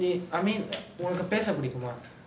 நீ:nee I mean உனக்கு பேச புடிக்குமா:unakku pesa pudikkumaa